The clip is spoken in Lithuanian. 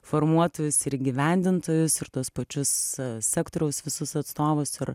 formuotojus ir įgyvendintojus ir tuos pačius sektoriaus visus atstovus ir